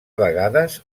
vegades